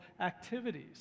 activities